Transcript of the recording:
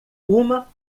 uma